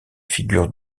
figures